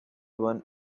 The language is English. one